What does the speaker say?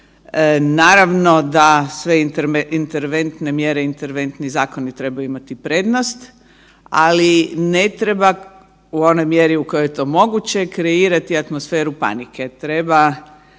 Naravno da sve interventne mjere, interventni zakoni trebaju imati prednost, ali ne treba u onoj mjeri u kojoj je to moguće kreirati atmosferu panike. Treba